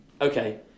Okay